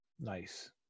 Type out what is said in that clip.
Nice